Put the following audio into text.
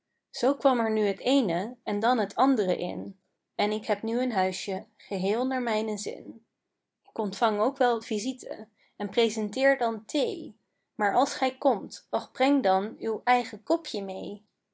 zoo kwam er nu het eene en dan het andere in en ik heb nu een huisje geheel naar mijnen zin k ontvang ook wel visite en presenteer dan thee maar als gij komt och breng dan uw eigen kopje mee